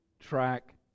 track